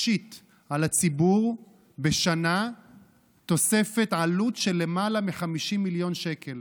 משית על הציבור בשנה תוספת עלות של למעלה מ-50 מיליון שקל,